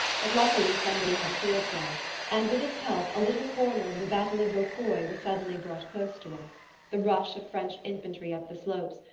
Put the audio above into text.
but luckily somebody had a field-glass, and with its help a little corner of the battle of vauquois was suddenly brought close to us the rush of french infantry up the slopes,